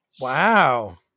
Wow